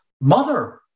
mother